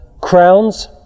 crowns